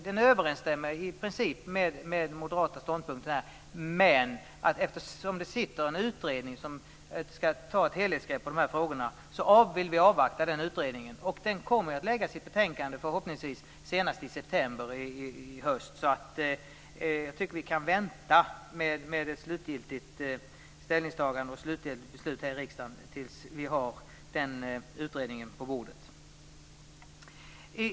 Den överensstämmer i princip med den moderata ståndpunkten. Men eftersom det sitter en utredning som skall ta ett helhetsgrepp när det gäller de här frågorna vill vi avvakta den utredningen. Den kommer att lägga fram sitt betänkande förhoppningsvis senast i september i höst. Så jag tycker att vi kan vänta med ett slutgiltigt ställningstagande och slutgiltigt beslut här i riksdagen tills vi har utredningen på bordet.